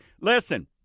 Listen